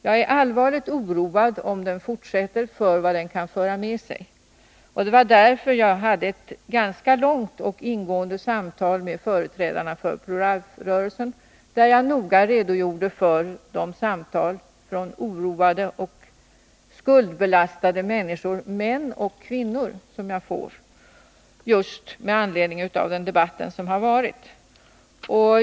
Jag är allvarligt oroad för vad den kan föra med sig om den fortsätter. Därför hade jag ett ganska långt och ingående resonemang med företrädare för Pro Life-rörelsen, där jag noga redogjorde för de samtal från oroade och skuldbelastade människor — män och kvinnor — som jag får just med anledning av den debatt som har förts.